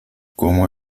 como